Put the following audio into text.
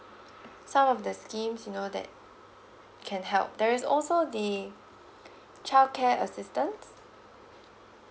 some of the schemes you know that can help there is also the childcare assistance